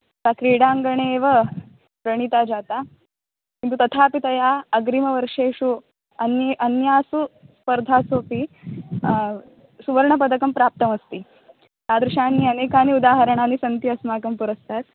सा क्रीडाङ्गणे एव व्रणिता जाता किन्तु तथापि तया अग्रिमवर्षेषु अन्ये अन्यासु स्पर्धासु अपि सुवर्णपदकं प्राप्तमस्ति तादृशानि अनेकानि उदाहरणानि सन्ति अस्माकं पुरस्तात्